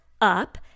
up